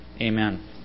Amen